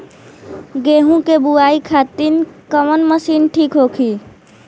गेहूँ के बुआई खातिन कवन मशीन ठीक होखि?